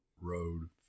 Road